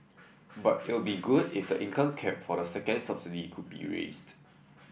but it'd be good if the income cap for the second subsidy could be raised